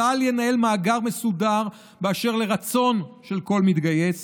צה"ל ינהל מאגר מסודר באשר לרצון של כל מתגייס